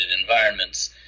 environments